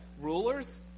rulers